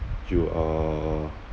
you are